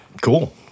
cool